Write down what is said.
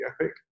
epic